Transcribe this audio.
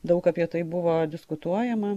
daug apie tai buvo diskutuojama